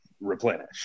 replenish